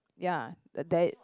ya the there